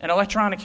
and electronic